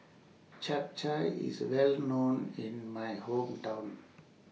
Chap Chai IS Well known in My Hometown